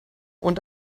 und